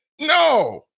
No